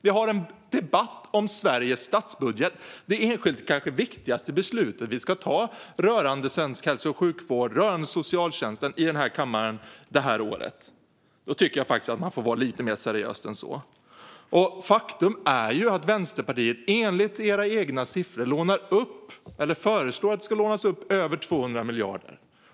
Vi har en debatt om Sveriges statsbudget inför det enskilt kanske viktigaste beslut vi ska ta om svensk hälso och sjukvård och socialtjänst i kammaren i år. Då får man faktiskt vara lite mer seriös. Faktum är att Vänsterpartiet i sin budgetmotion föreslår att Sverige ska låna upp över 200 miljarder.